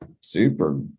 super